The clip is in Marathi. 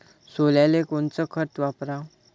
सोल्याले कोनचं खत वापराव?